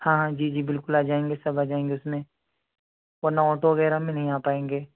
ہاں ہاں جی جی بالکل آ جائیں گے سب آ جائیں گے اس میں ورنہ آٹو وغیرہ میں نہیں آ پائیں گے